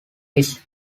his